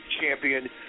champion